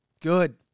good